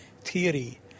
theory